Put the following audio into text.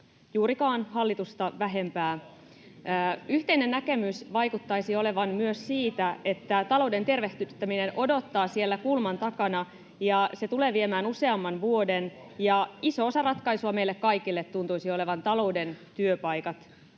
juurikaan hallitusta vähempää. Yhteinen näkemys vaikuttaisi olevan myös siitä, että talouden tervehdyttäminen odottaa siellä kulman takana ja se tulee viemään useamman vuoden. Ja iso osa ratkaisua meille kaikille tuntuisi olevan talous, työpaikat